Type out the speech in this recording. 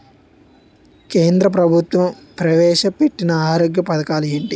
కేంద్ర ప్రభుత్వం ప్రవేశ పెట్టిన ఆరోగ్య పథకాలు ఎంటి?